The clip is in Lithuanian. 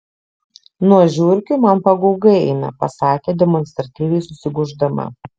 nuo žiurkių man pagaugai eina pasakė demonstratyviai susigūždama